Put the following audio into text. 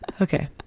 Okay